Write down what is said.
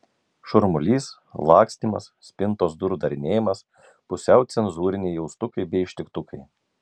šurmulys lakstymas spintos durų darinėjimas pusiau cenzūriniai jaustukai bei ištiktukai